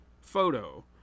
photo